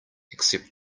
except